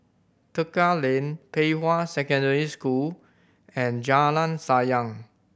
Tekka Lane Pei Hwa Secondary School and Jalan Sayang